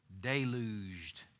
deluged